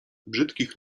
brzydkich